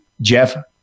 Jeff